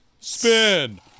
spin